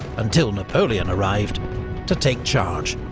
until napoleon arrived to take charge.